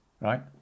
right